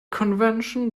convention